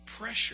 Pressure